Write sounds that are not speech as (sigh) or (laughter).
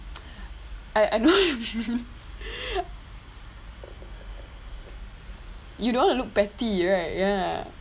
I I know (laughs) you don't want to look petty right ya